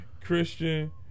Christian